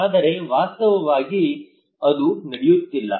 ಆದರೆ ವಾಸ್ತವವಾಗಿ ಅದು ನಡೆಯುತ್ತಿಲ್ಲ